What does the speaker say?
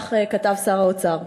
וכך כתב שר האוצר: